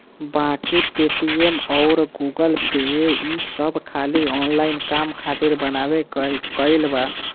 बाकी पेटीएम अउर गूगलपे ई सब खाली ऑनलाइन काम खातिर बनबे कईल बा